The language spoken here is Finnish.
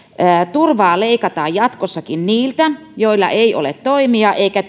turvaa leikataan jatkossakin niiltä joilla ei ole toimia eikä